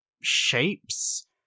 shapes